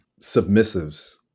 submissives